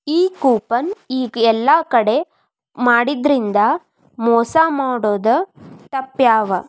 ಈ ಕೂಪನ್ ಈಗ ಯೆಲ್ಲಾ ಕಡೆ ಮಾಡಿದ್ರಿಂದಾ ಮೊಸಾ ಮಾಡೊದ್ ತಾಪ್ಪ್ಯಾವ